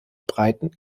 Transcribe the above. breiten